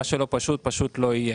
מה שלא פשוט פשוט לא יהיה.